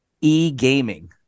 e-gaming